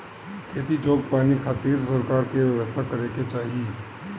खेती जोग पानी खातिर सरकार के व्यवस्था करे के चाही